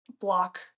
block